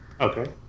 Okay